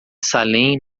salem